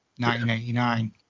1989